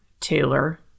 Taylor